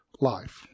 life